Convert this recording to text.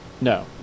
No